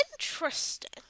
interesting